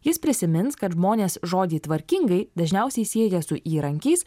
jis prisimins kad žmonės žodį tvarkingai dažniausiai sieja su įrankiais